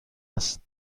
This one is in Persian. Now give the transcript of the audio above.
است